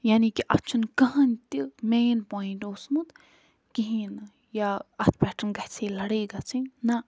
یعنی کہِ اَتھ چھِنہٕ کٕہۭنۍ تہِ مین پوینٹ اوسمُت کِہیٖنۍ نہٕ یا اَتھ پٮ۪ٹھ گژھِ ہے لَڑٲے گژھٕنۍ نہ